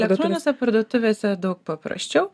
elektroninėse parduotuvėse daug paprasčiau